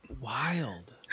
Wild